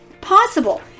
possible